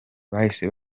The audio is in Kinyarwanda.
bahise